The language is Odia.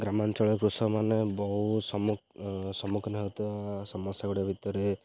ଗ୍ରାମାଞ୍ଚଳ କୃଷକମାନେ ବହୁ ସମ୍ମୁଖୀନ ହେଉଥିବା ସମସ୍ୟା ଗୁଡ଼ିଏ ଭିତରେ